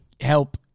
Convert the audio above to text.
help